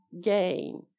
gain